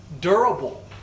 durable